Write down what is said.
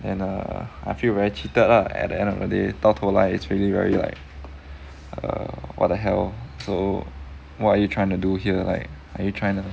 and err I feel very cheated lah at the end of the day 到头来 it's really very like err what the hell so what are you trying to do here like are you trying to